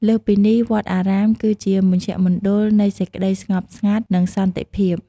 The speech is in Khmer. ព្រះសង្ឃជាអ្នកដែលរក្សា និងផ្សព្វផ្សាយនូវព្រះធម៌ និងមាគ៌ាផ្សេងៗ។